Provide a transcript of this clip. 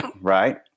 Right